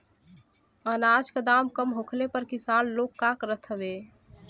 अनाज क दाम कम होखले पर किसान लोग का करत हवे?